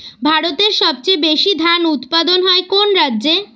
ভারতের সবচেয়ে বেশী ধান উৎপাদন হয় কোন রাজ্যে?